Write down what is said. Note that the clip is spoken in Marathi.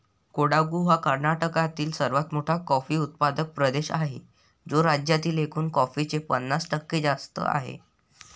कोडागु हा कर्नाटकातील सर्वात मोठा कॉफी उत्पादक प्रदेश आहे, जो राज्यातील एकूण कॉफीचे पन्नास टक्के जास्त आहे